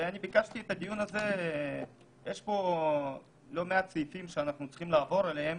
יש פה לא מעט סעיפים שאנחנו צריכים לעבור עליהם.